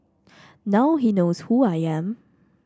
now he knows who I am